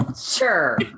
Sure